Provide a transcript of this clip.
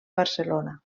barcelona